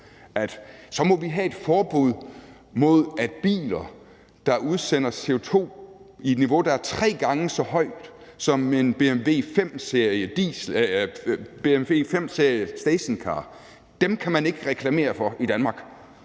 vi må have et forbud i forhold til biler, der udsender CO2 i et niveau, der er tre gange så højt som en BMW 5-Serie Stationcar. Dem kan man ikke reklamere for i Danmark.